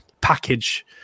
package